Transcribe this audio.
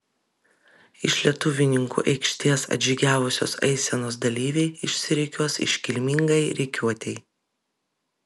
iš lietuvininkų aikštės atžygiavusios eisenos dalyviai išsirikiuos iškilmingai rikiuotei